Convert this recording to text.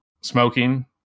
smoking